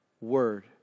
word